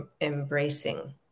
embracing